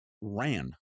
ran